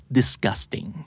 disgusting